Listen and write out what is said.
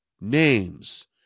names